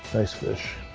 nice fish.